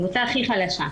הקבוצה הכי חלשה.